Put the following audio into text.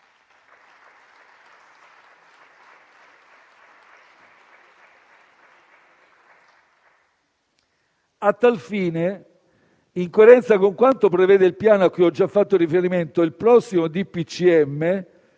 A tal fine, in coerenza con quanto prevede il piano cui ho già fatto riferimento, il prossimo DPCM